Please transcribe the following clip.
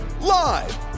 Live